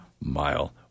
Mile